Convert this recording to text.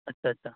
اچھا اچھا